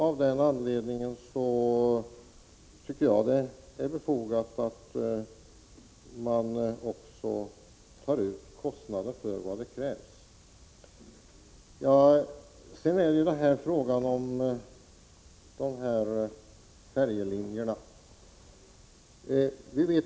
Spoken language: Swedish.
Av den anledningen tycker jag det är befogat att man av företagen tar ut kostnaden för det arbete som krävs. Sedan är det frågan om färjelinjerna.